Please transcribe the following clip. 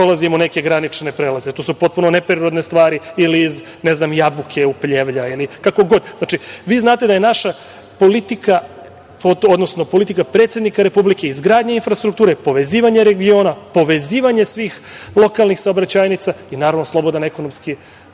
prolazimo neke granične prelaze. To su potpuno neprirodne stvari ili ne znam iz Jabuke u Pljevlja, kako god. Znači, vi znate da je naša politika, odnosno politika predsednika Republike izgradnja infrastrukture, povezivanje regiona, povezivanje svih lokalnih saobraćajnica i naravno slobodan ekonomski